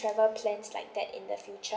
travel plans like that in the future